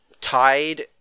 tied